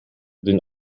den